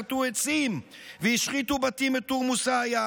כרתו עצים והשחיתו בתים בתורמוס עיא,